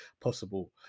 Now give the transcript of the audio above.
possible